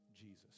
Jesus